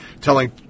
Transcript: telling